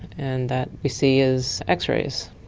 and that we see as x-rays.